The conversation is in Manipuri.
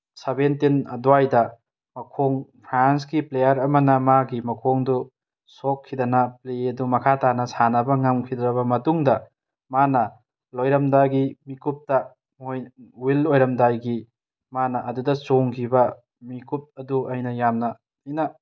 ꯁꯚꯦꯟꯇꯤꯟ ꯑꯗꯨꯋꯥꯏꯗ ꯃꯈꯣꯡ ꯐ꯭ꯔꯥꯟꯁꯀꯤ ꯄ꯭ꯂꯦꯌꯥꯔ ꯑꯃꯅ ꯃꯥꯒꯤ ꯃꯈꯣꯡꯗꯣ ꯁꯣꯛꯈꯤꯗꯅ ꯄ꯭ꯂꯦ ꯑꯗꯨ ꯃꯈꯥ ꯇꯥꯅ ꯁꯥꯟꯅꯕ ꯉꯝꯈꯤꯗ꯭ꯔꯕ ꯃꯇꯨꯡꯗ ꯃꯥꯅ ꯂꯣꯏꯔꯝꯗꯥꯏꯒꯤ ꯃꯤꯀꯨꯞꯇ ꯋꯤꯜ ꯑꯣꯏꯔꯝꯗꯥꯏꯒꯤ ꯃꯥꯅ ꯑꯗꯨꯗ ꯆꯣꯡꯈꯤꯕ ꯃꯤꯀꯨꯞ ꯑꯗꯨ ꯑꯩꯅ ꯌꯥꯝꯅ ꯊꯤꯅ